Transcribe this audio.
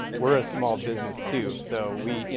we're a small business, too. so we, you